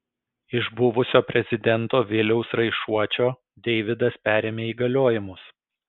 iš buvusio prezidento viliaus raišuočio deividas perėmė įgaliojimus